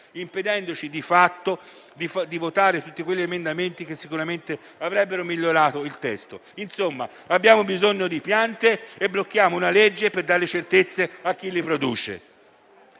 di fatto, di votare tutti quegli emendamenti che sicuramente avrebbero migliorato il testo. Insomma, abbiamo bisogno di piante e blocchiamo una legge per dare certezze a chi le produce.